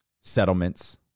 settlements